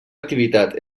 activitat